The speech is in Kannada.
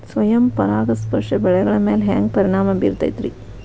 ಸ್ವಯಂ ಪರಾಗಸ್ಪರ್ಶ ಬೆಳೆಗಳ ಮ್ಯಾಲ ಹ್ಯಾಂಗ ಪರಿಣಾಮ ಬಿರ್ತೈತ್ರಿ?